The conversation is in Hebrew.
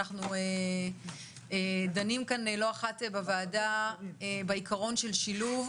ואנחנו דנים כאן לא אחת בוועדה בעיקרון של שילוב